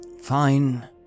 Fine